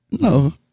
No